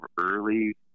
early